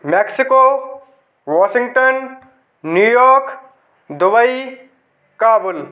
Mexico Washington New York Dubai Kabul